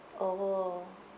oh